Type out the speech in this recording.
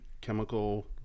chemical